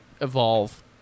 evolve